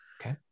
Okay